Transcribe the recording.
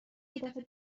یدفعه